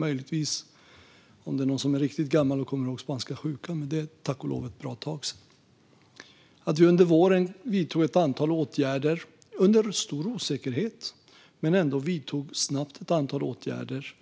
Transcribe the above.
Möjligtvis är det någon som är riktigt gammal och kommer ihåg spanska sjukan, men det är tack och lov ett bra tag sedan. Att vi under våren under stor osäkerhet snabbt vidtog ett antal åtgärder